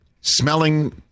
smelling